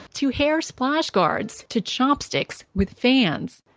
to hair splash guards to chopsticks with fans.